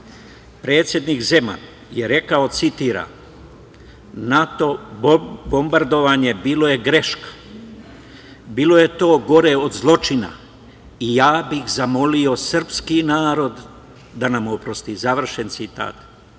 Predsednik Zeman je rekao, citiram: „NATO bombardovanje bilo je greška, bilo je to gore od zločina i ja bih zamolio srpski narod da nam oprosti“, završen citat.